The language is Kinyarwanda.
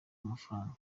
amafaranga